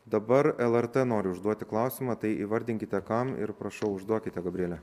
dabar lrt nori užduoti klausimą tai įvardinkite kam ir prašau užduokite gabriele